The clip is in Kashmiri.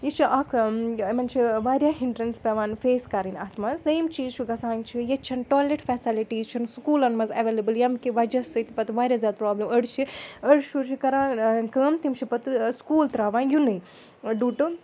یہِ چھِ اَکھ یِمَن چھِ وارِیاہ ہِنڈرٛٮ۪نٕس پٮ۪وان فیس کَرٕنۍ اَتھ منٛز نہ یِم چیٖز چھُ گَژھان چھِ ییٚتہِ چھَنہٕ ٹولیٹ فٮ۪سَلٹیٖز چھِنہٕ سکوٗلَن مَنٛز ایویلیبل یَمہِ کہِ وَجہ سۭتۍ پَتہٕ وارِیاہ زیادٕ پرٛابلِم أڑۍ چھِ أڑۍ شُرۍ چھِ کَران کٲم تِم چھِ پَتہٕ سکوٗل ترٛاوان یُنٕے ڈوٗ ٹُہ